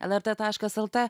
lrt taškas lt